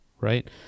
right